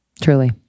Truly